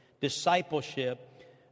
Discipleship